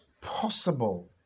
possible